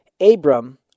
Abram